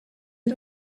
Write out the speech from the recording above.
had